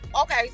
Okay